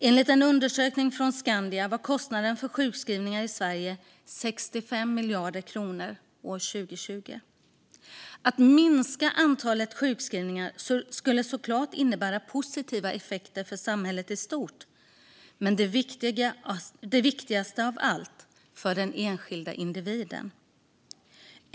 Enligt en undersökning från Skandia var kostnaden för sjukskrivningar i Sverige 65 miljarder kronor år 2020. Att minska antalet sjukskrivningar skulle såklart innebära positiva effekter både för samhället i stort och - viktigast av allt - för den enskilda individen.